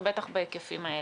ובטח בהיקפים האלה.